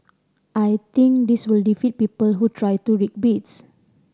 I think this will defeat people who try to rig bids